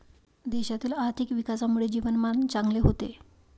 देशातील आर्थिक विकासामुळे जीवनमान चांगले होते